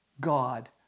God